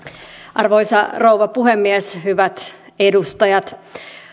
arvoisa rouva puhemies hyvät edustajat